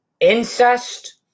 Incest